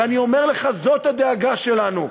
ואני אומר לך, זאת הדאגה שלנו,